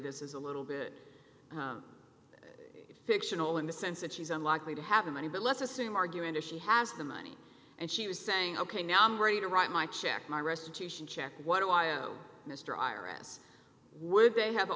this is a little bit it's fictional in the sense that she's unlikely to have a money but let's assume argument if she has the money and she was saying ok now i'm ready to write my check my restitution check what do i owe mr iris would they have